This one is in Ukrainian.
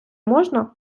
можна